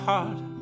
Heart